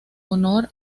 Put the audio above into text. honor